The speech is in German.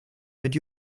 mit